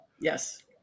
Yes